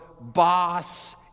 boss